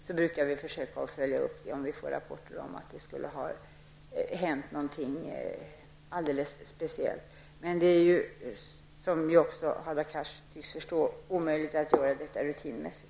Då måste vi också få veta vilket ärende och vilken person det gäller. Men det är ju, vilket också Hadar Cars tycks förstå, omöjligt att göra det rutinmässigt.